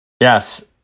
Yes